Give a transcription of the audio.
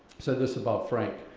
said this about frank.